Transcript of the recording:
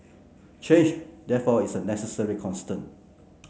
change therefore is a necessary constant